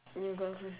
you go out first